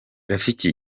rafiki